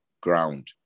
ground